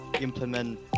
implement